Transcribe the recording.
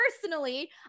personally